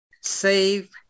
save